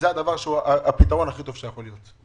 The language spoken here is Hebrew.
היא הפתרון הכי טוב שיכול להיות.